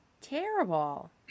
Terrible